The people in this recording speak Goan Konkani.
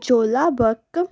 चोलाब्बक